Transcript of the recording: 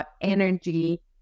energy